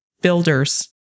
builders